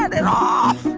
ah it off.